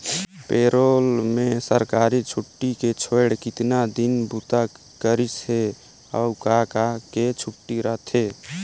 पे role में सरकारी छुट्टी के छोएड़ केतना दिन बूता करिस हे, अउ का का के छुट्टी रथे